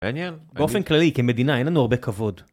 באופן כללי כמדינה אין לנו הרבה כבוד